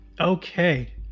Okay